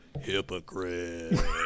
hypocrite